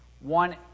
One